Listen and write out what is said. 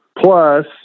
plus